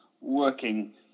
working